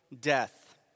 death